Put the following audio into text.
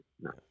No